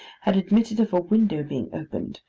had admitted of a window being opened,